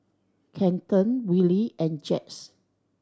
Kenton Willie and Jax